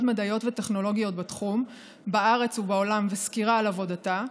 מדעיות וטכנולוגיות בתחום בארץ ובעולם וסקירה על עבודתה,